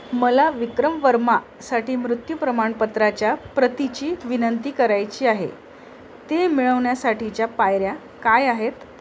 मला विक्रम वर्मा साठी मृत्यू प्रमाणपत्राच्या प्रतीची विनंती करायची आहे ते मिळवण्यासाठीच्या पायऱ्या काय आहेत